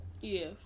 yes